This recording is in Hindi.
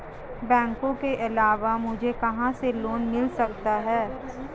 बैंकों के अलावा मुझे कहां से लोंन मिल सकता है?